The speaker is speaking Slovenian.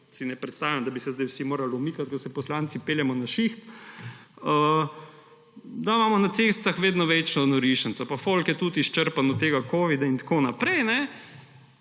si ne predstavljam, da bi se zdaj vsi morali umikati, ko se poslanci peljemo na šiht – da imamo na cestah vedno večjo norišnico. Pa folk je tudi izčrpan od tega covida in tako naprej.